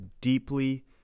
deeply